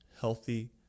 healthy